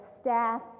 staff